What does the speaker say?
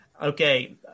Okay